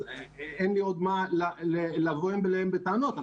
אז אין לי מה לבוא אליהם בטענות.